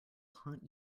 haunt